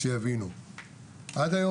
שעד היום